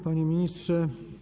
Panie Ministrze!